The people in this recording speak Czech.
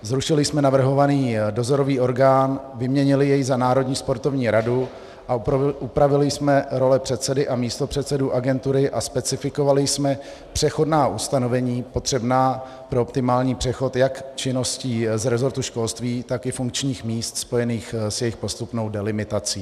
Zrušili jsme navrhovaný dozorový orgán, vyměnili jej za národní sportovní radu a upravili jsme role předsedy a místopředsedů agentury a specifikovali jsme přechodná ustanovení potřebná pro optimální přechod jak činností z rezortu školství, tak i funkčních míst spojených s jejich postupnou delimitací.